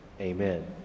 Amen